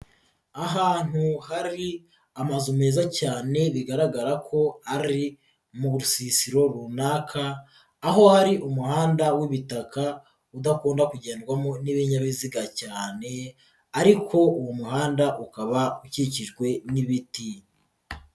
Ahantu hari amavu meza cyane bigaragara ko ari mu busisiro runaka, aho hari umuhanda w'ibitaka udakunda kugendwamo n'ibinyabiziga cyane ariko uwo muhanda ukaba ukikijwe n'ibiti.